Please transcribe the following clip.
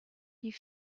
die